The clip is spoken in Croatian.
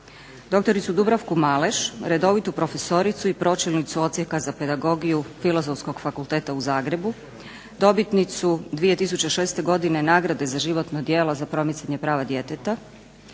dr. Dubravku Maleš redovitu profesoricu i pročelnicu Odsjeka za pedagogiju Filozofskog fakulteta u Zagrebu, dobitnicu 2006. godine nagrade za životno djelo za promicanje prava djeteta;